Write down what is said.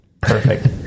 perfect